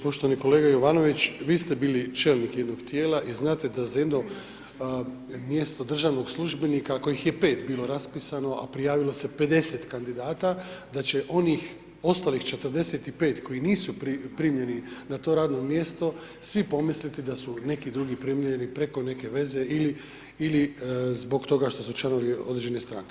Poštovani kolega Jovanović, vi ste bili čelnik jedno tijela i znate da za jedno mjesto državnog službenika kojih je 5 bilo raspisano, a prijavilo se 50 kandidata, da će onih ostalih 45 koji nisu primljeni na to radno mjesto, svi pomisliti da su neki drugi primljeni preko neke veze ili zbog toga što su članovi određene stranke.